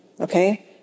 Okay